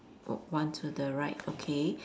one to the right okay